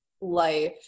life